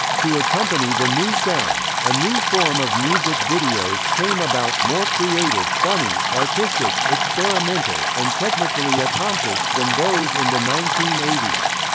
to accompany the new sounds, a new form of music videos came about more creative, funny, artistic, experimental, and technically accomplished than those in the nineteen eighty s.